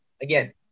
again